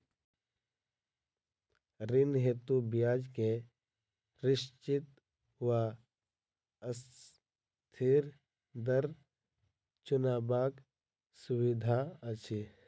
ऋण हेतु ब्याज केँ निश्चित वा अस्थिर दर चुनबाक सुविधा अछि